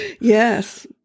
Yes